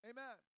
Amen